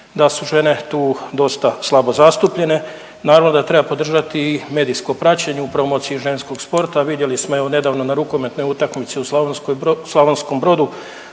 da su žene tu dosta slabo zastupljene. Naravno da treba podržati i medijsko praćenje u promociji ženskog sporta, vidjeli smo evo nedavno na rukometnoj utakmici u Slavonskom Brodu